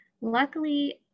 luckily